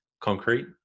concrete